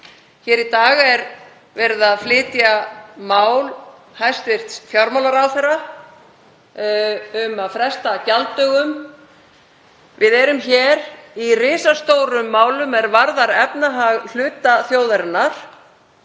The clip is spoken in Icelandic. Hér í dag er verið að flytja mál hæstv. fjármálaráðherra um að fresta gjalddögum. Við erum hér í risastórum málum er varða efnahag hluta þjóðarinnar